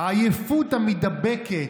העייפות המידבקת,